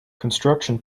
construction